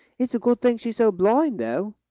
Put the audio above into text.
it's a good thing she's so blind, though.